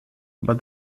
but